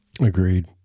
agreed